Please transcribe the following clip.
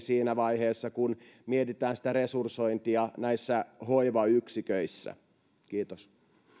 siinä vaiheessa kun mietitään resursointia hoivayksiköissä kiitos